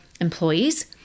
employees